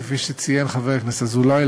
כפי שציין חבר הכנסת אזולאי,